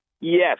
Yes